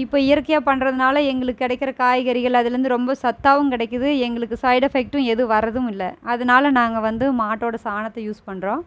இப்போ இயற்கையா பண்ணுறதுனால எங்குளுக்கு கிடக்கிற காய்கறிகள் அதுலேருந்து ரொம்ப சத்தாவும் கிடக்கிது எங்களுக்கு சைட் எஃபக்ட்டும் எதுவு வரதும் இல்லை அதனால் நாங்கள் வந்து மாட்டோட சாணத்தை யூஸ் பண்ணுறோம்